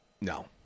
No